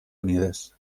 unides